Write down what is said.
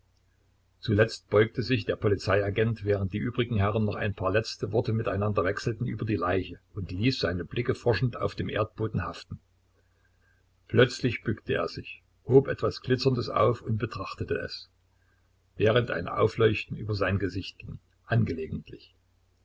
zuletzt beugte sich der polizeiagent während die übrigen herren noch ein paar letzte worte mit einander wechselten über die leiche und ließ seine blicke forschend auf dem erdboden haften plötzlich bückte er sich hob etwas glitzerndes auf und betrachtete es während ein aufleuchten über sein gesicht ging angelegentlich